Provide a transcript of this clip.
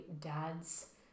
dad's